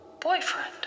Boyfriend